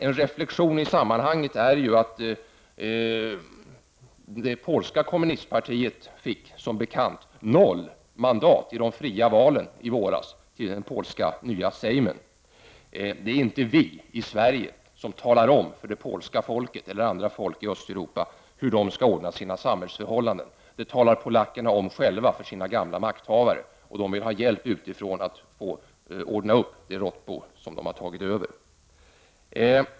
En reflexion i sammanhanget är ju att det polska kommunistpartiet som bekant fick noll mandat vid de fria valen i våras till det polska nya Sejmen. Det är inte vi i Sverige som talar om för det polska folket eller andra folk i Östeuropa hur de skall ordna sina samhällsförhållanden. Polackerna själva talar om detta för sina gamla makthavare, och de vill ha hjälp utifrån att ordna upp det råttbo som de har tagit över.